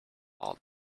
all